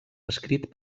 escrit